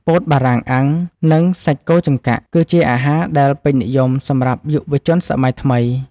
ពោតបារាំងអាំង និងសាច់គោចង្កាក់ គឺជាអាហារដែលពេញនិយមសម្រាប់យុវជនសម័យថ្មី។